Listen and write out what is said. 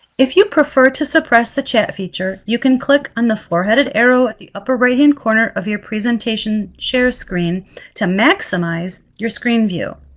if you prefer to suppress the chat feature, you can click on the four-headed arrow at the upper right hand corner of your presentation share screen to maximize your screen view.